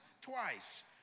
Twice